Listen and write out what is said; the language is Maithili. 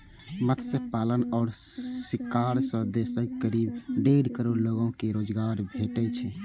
मत्स्य पालन आ शिकार सं देशक करीब डेढ़ करोड़ लोग कें रोजगार भेटै छै